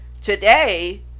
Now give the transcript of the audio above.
Today